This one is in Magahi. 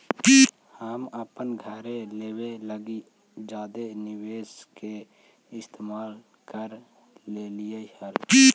हम अपन घर लेबे लागी जादे निवेश के इस्तेमाल कर लेलीअई हल